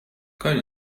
کاری